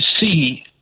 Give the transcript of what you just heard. see